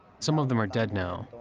some of them are dead now.